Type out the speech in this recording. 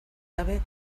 gabe